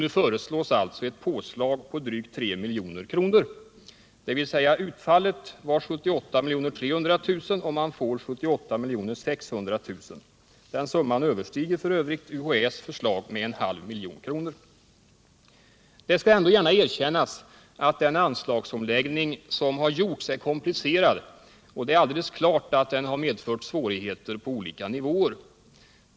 Nu föreslås ett påslag på drygt 3 milj.kr. Utfallet var alltså 78 300 000 kr., och man får 78 600 000 kr. Den sistnämnda summan överstiger f.ö. UHÄ:s förslag med en halv miljon kronor. Det skall ändå gärna erkännas att den anslagsomläggning som har gjorts är komplicerad, och det är alldeles klart att den har medfört svårigheter på alla nivåer.